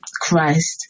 Christ